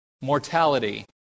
mortality